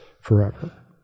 forever